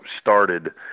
started